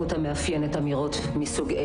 והמסך,